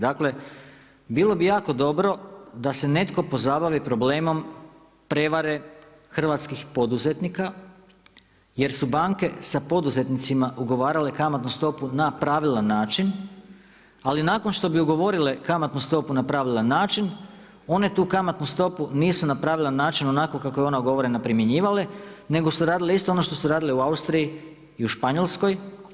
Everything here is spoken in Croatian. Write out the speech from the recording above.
Dakle, bilo bi jako dobro da se netko pozabavi problemom prevare hrvatskih poduzetnika jer su banke sa poduzetnicima ugovarale kamatnu stopu na pravilan način, ali nakon što bi ugovorile kamatnu stopu na pravilan način, one tu kamatnu stopu nisu na pravilan način onako kako je ona ugovorena primjenjivale nego su radile isto ono što su radile u Austriji i u Španjolskoj.